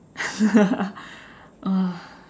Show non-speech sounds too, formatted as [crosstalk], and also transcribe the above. [laughs] uh